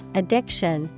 addiction